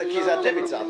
כי זה אתם הצעתם.